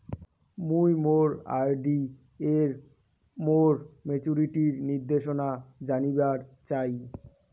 মুই মোর আর.ডি এর মোর মেচুরিটির নির্দেশনা জানিবার চাই